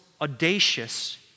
audacious